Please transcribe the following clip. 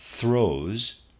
throws